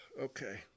okay